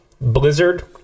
Blizzard